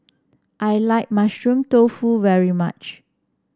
I like Mushroom Tofu very much